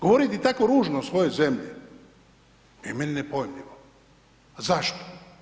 Govoriti tako ružno o svojoj zemlji je meni nepojmljivo, a zašto?